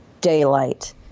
daylight